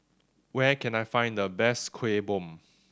where can I find the best Kueh Bom